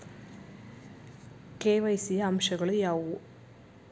KYC ಯ ಅಂಶಗಳು ಯಾವುವು?